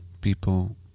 people